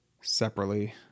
separately